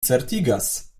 certigas